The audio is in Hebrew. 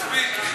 זה מספיק.